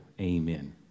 Amen